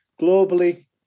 globally